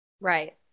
Right